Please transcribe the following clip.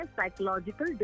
psychological